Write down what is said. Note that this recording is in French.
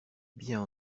bien